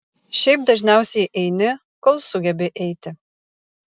šiaip dažniausiai eini kol sugebi eiti